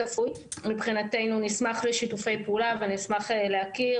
מבחינתנו, נשמח לשיתופי פעולה, ואשמח להכיר.